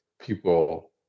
people